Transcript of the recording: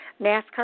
NASCAR